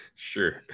sure